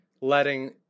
letting